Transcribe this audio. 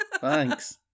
Thanks